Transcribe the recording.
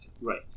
Right